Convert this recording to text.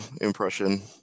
impression